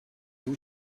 two